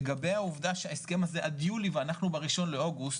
לגבי העובדה שההסכם הזה עד יולי ואנחנו ב-1 לאוגוסט,